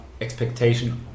expectation